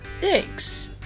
thanks